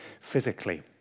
physically